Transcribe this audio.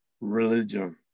religion